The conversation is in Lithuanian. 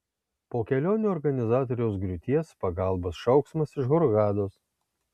po kelionių organizatoriaus griūties pagalbos šauksmas iš hurgados